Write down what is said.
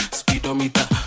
speedometer